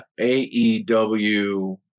AEW